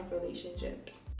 relationships